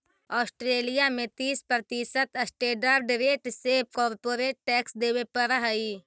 Australia में तीस प्रतिशत स्टैंडर्ड रेट से कॉरपोरेट टैक्स देवे पड़ऽ हई